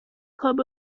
club